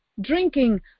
drinking